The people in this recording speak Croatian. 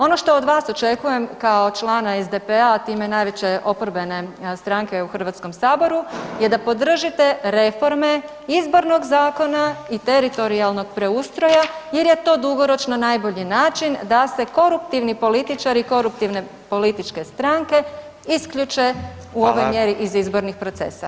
Ono što od vas očekujem kao člana SDP-a a time najveće oporbene stranke u Hrvatskom saboru je da podržite reforme Izbornog zakona i teritorijalnog preustroja jer je to dugoročno najbolji način da se koruptivni političari, koruptivne političke stranke isključe u ovoj mjeri iz izbornih procesa.